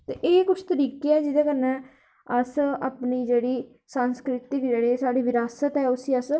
ते एह् कुछ तरीकै न जेह्दे कन्नै अस अपनी जेह्ड़ी संस्कृति ऐ जेह्ड़ी विरासत ऐ उसी अस